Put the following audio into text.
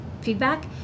feedback